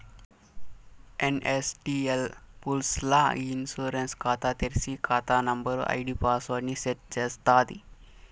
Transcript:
NSDL పూర్స్ ల్ల ఇ ఇన్సూరెన్స్ కాతా తెర్సి, కాతా నంబరు, ఐడీ పాస్వర్డ్ ని సెట్ చేస్తాది